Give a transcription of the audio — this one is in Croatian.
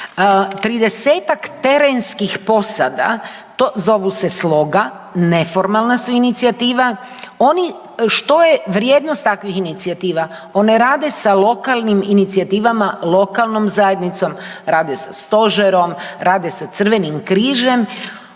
ima 30-tak terenskih posada, zovu se Sloga, neformalna su inicijativa, oni, što je vrijednost takvih inicijativa? One rade sa lokalnim inicijativama, lokalnom zajednicom, rade sa Stožerom, rade sa Crvenim križem,